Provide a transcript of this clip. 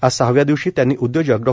आज सहाव्या दिवशी त्यांनी उदयोजक डॉ